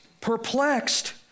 perplexed